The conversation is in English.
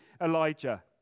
Elijah